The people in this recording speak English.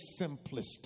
simplistic